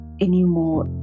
anymore